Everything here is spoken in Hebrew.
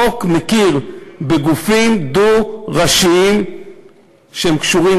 החוק מכיר בגופים דו-ראשיים שקשורים